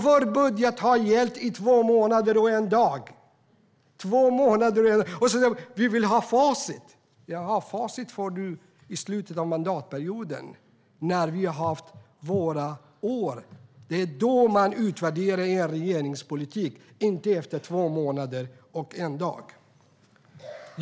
Vår budget har gällt i två månader och en dag. Ni säger: Vi vill ha facit. Facit får ni i slutet av mandatperioden när vi har haft våra år. Det är då man utvärderar en regerings politik, inte efter två månader och en dag.